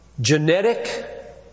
genetic